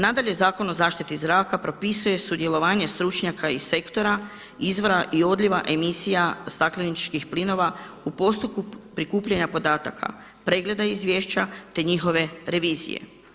Nadalje, Zakon o zaštiti zraka propisuje sudjelovanje stručnjaka iz sektora, izvora i odljeva emisija stakleničkih plinova u postupku prikupljanja podataka, pregleda izvješća, te njihove revizije.